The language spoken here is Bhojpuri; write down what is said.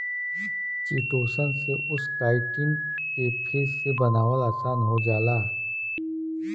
चिटोसन से उस काइटिन के फिर से बनावल आसान हो जाला